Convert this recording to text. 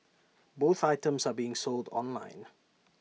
both items are being sold online